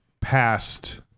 past